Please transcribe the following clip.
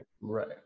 Right